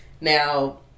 Now